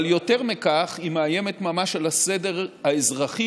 אבל יותר מכך, היא מאיימת ממש על הסדר האזרחי,